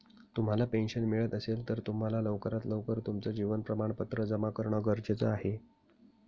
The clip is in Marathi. तुम्हाला पेन्शन मिळत असेल, तर तुम्हाला लवकरात लवकर तुमचं जीवन प्रमाणपत्र जमा करणं गरजेचे आहे